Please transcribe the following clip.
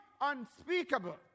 unspeakable